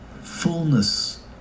Fullness